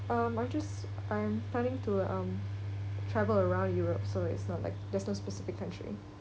um I just I'm planning to um travel around europe so it's not like there's no specific country